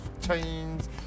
chains